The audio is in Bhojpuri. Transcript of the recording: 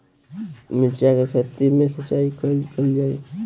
मिर्चा के खेत में सिचाई कब कइल जाला?